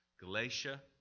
Galatia